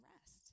rest